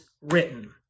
written